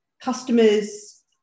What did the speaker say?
customers